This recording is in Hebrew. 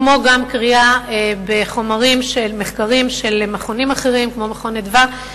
כמו גם קריאה בחומרים של מחקרים של מכונים כמו "מרכז אדוה",